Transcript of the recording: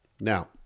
Now